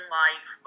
life